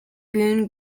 boone